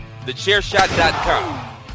Thechairshot.com